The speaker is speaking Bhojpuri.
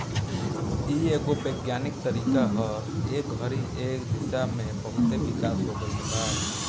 इ एगो वैज्ञानिक तरीका ह ए घड़ी ए दिशा में बहुते विकास हो गईल बा